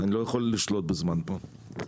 אני לא יכול לשלוט בזמן פה.